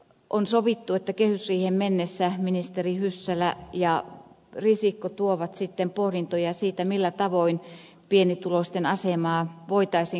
on sovittu että kehysriiheen mennessä ministerit hyssälä ja risikko tuovat pohdintoja siitä millä tavoin pienituloisten asemaa voitaisiin kompensoida